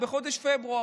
בחודש פברואר.